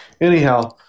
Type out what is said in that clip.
Anyhow